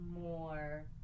more